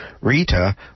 Rita